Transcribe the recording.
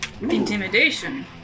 intimidation